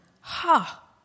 Ha